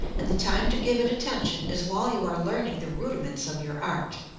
and the time to give it attention is while you are learning the rudiments of your art.